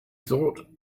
thought